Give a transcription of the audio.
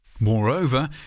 Moreover